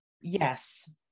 Yes